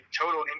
total